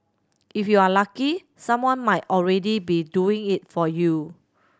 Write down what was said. if you are lucky someone might already be doing it for you